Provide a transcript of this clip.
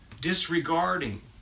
disregarding